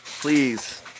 please